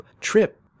trip